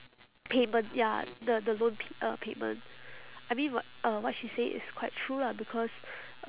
payment ya the the loan p~ uh payment I mean wh~ uh what she said is quite true lah because